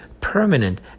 permanent